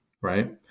right